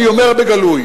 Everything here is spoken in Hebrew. אני אומר בגלוי,